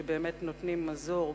שבאמת נותנים מזור,